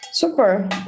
Super